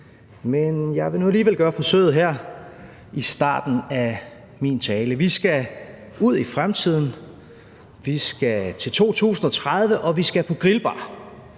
Men jeg vil nu alligevel gøre forsøget her i starten af min tale: Vi skal ud i fremtiden, vi skal til 2030, og vi skal på grillbar.